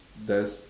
there's